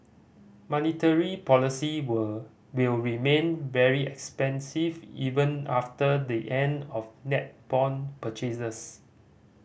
monetary policy were will remain very expansive even after the end of net bond purchases